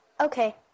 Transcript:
Okay